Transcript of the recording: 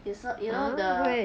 it's not you know the